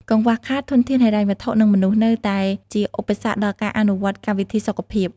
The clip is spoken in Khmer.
កង្វះខាត ធនធានហិរញ្ញវត្ថុ និងមនុស្ស នៅតែជាឧបសគ្គដល់ការអនុវត្តកម្មវិធីសុខភាព។